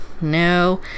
No